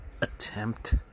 attempt